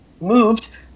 moved